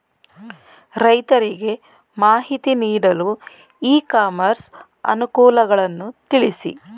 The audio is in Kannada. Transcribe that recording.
ರೈತರಿಗೆ ಮಾಹಿತಿ ನೀಡಲು ಇ ಕಾಮರ್ಸ್ ಅನುಕೂಲಗಳನ್ನು ತಿಳಿಸಿ?